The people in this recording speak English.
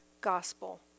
gospel